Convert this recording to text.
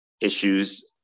issues